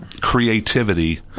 creativity